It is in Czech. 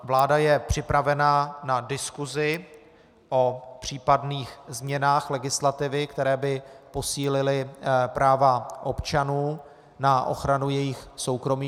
Vláda je připravena na diskusi o případných změnách legislativy, které by posílily práva občanů na ochranu jejich soukromí.